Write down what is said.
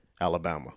Alabama